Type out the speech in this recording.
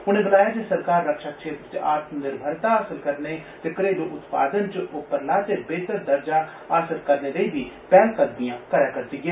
उनें गलाया जे सरकार रक्षा क्षेत्र च आत्मनिर्भरता हासल करने ते घरेलू उत्पादन च उप्परला ते बेहतर दर्जा हासल करने लेई बी पैहलकदमियां करै करदी ऐ